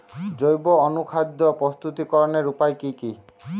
জৈব অনুখাদ্য প্রস্তুতিকরনের উপায় কী কী?